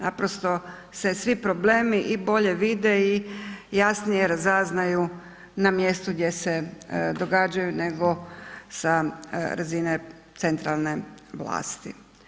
Naprosto se svi problemi i bolje vide i jasnije razaznaju na mjestu gdje se događaju nego sa razine centralne vlasti.